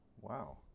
Wow